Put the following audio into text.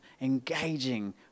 engaging